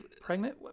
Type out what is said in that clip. pregnant